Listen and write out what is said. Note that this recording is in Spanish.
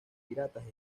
piratas